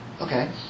Okay